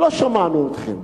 לא שמענו אתכם.